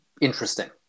interesting